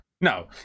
no